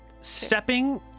Stepping